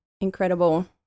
incredible